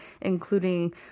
including